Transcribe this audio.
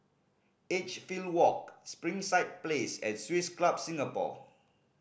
Edgefield Walk Springside Place and Swiss Club Singapore